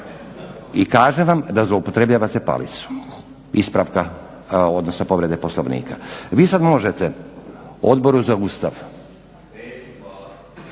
i kažem vam da zloupotrebljavate palicu ispravka, odnosno povrede Poslovnika. Vi sad možete Odboru za Ustav